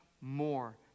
more